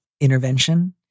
intervention